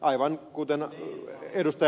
aivan kuten ed